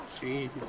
Jeez